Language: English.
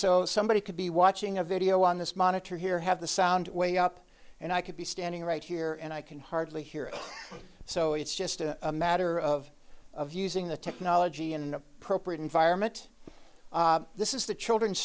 so somebody could be watching a video on this monitor here have the sound way up and i could be standing right here and i can hardly hear it so it's just a matter of of using the technology and appropriate environment this is the children's